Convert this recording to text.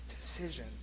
decision